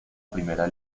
primera